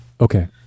Okay